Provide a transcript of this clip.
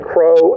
Crow